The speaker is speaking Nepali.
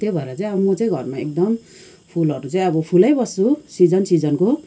त्यही भएर चाहिँ अब म चाहिँ घरमा एकदम फुलहरू चाहिँ अब फुलाइ बस्छु सिजन सिजनको